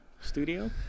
studio